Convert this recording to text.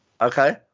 Okay